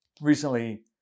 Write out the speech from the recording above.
recently